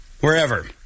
wherever